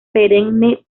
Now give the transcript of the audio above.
perenne